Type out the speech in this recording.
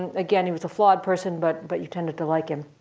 and again, he was a flawed person, but but you tended to like it.